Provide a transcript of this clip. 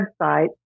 website